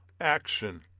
action